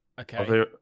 Okay